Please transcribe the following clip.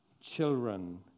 Children